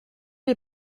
les